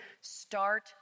start